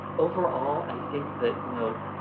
overall, i think that, you know,